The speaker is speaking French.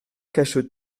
caches